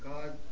God